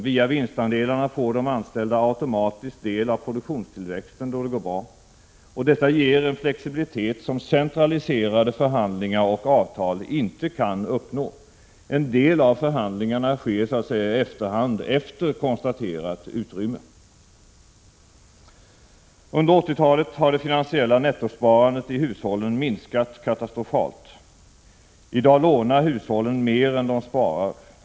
Via vinstandelarna får de anställda automatiskt del av produktionstillväxten då det går bra. Detta ger en flexibilitet som centraliserade förhandlingar och avtal inte kan uppnå. En del av förhandlingarna sker så att säga i efterhand, efter konstaterat utrymme. Under 80-talet har det finansiella nettosparandet i hushållen minskat katastrofalt. I dag lånar hushållen mer än de sparar.